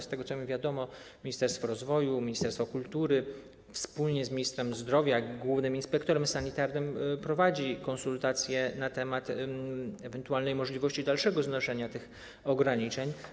Z tego, co mi wiadomo, Ministerstwo Rozwoju, ministerstwo kultury wspólnie z ministrem zdrowia i głównym inspektorem sanitarnym prowadzi konsultacje na temat ewentualnej możliwości dalszego znoszenia tych ograniczeń.